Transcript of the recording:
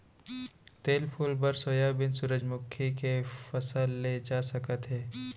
तेल फूल बर सोयाबीन, सूरजमूखी के फसल ले जा सकत हे